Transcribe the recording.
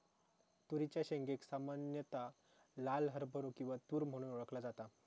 तुरीच्या शेंगेक सामान्यता लाल हरभरो किंवा तुर म्हणून ओळखला जाता